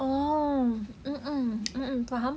oh mm mm mm mm faham